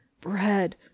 Bread